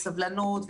בסבלנות,